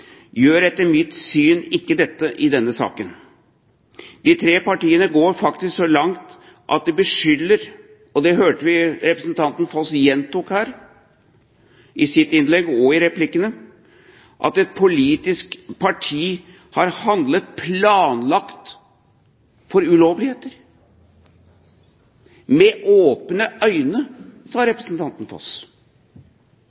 gjør etter mitt syn ikke dette i denne saken. De tre partiene går faktisk så langt at de beskylder – og det hørte vi representanten Foss gjenta her i sitt innlegg og i replikkene – et politisk parti for å ha planlagt ulovligheter. «Med åpne øyne,»